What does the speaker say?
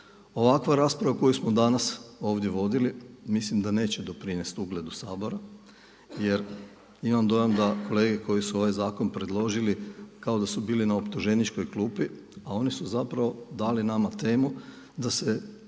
Ovakva rasprava koju smo danas ovdje vodili mislim da neće doprinest ugledu Sabora, jer imam dojam da kolege koji su ovaj zakon predložili kao da su bili na optuženičkoj klupi, a oni su zapravo dali nama temu da se